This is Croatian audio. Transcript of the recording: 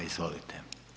Izvolite.